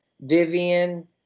Vivian